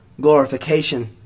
glorification